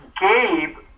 Gabe